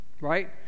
right